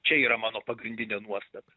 čia yra mano pagrindinė nuostata